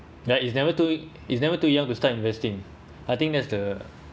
there is never too it's never too young to start investing I think that's the